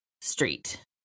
street